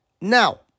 Now